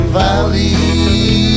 valley